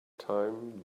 time